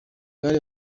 bari